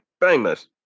famous